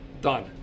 done